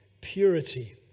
purity